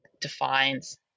defines